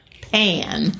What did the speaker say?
Pan